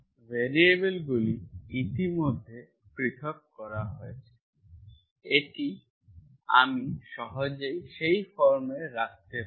ভ্যারিয়েবলগুলি ইতিমধ্যে পৃথক করা হয়েছে এটি আমি সহজেই সেই ফর্মে রাখতে পারি